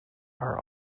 are